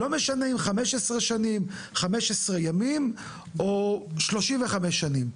לא משנה אם 15 שנים, 15 ימים או 35 שנים.